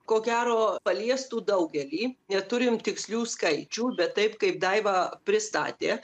ko gero paliestų daugelį neturim tikslių skaičių bet taip kaip daiva pristatė